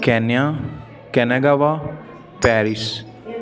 Kenya Canada Paris